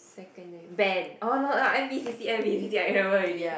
secondary band oh no no N_P_C_C N_P_C_C I remember already